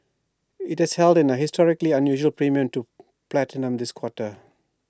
IT has held in A historically unusual premium to platinum this quarter